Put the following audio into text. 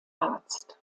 arzt